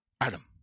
Adam